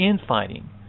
infighting